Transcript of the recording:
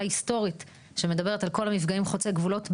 היסטורית שמדברת על כל המפגעים חוצי הגבולות באיו"ש,